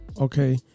okay